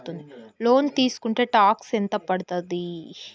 Loan తీస్కుంటే tax ఎంత పడ్తుంది?